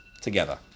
together